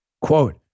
Quote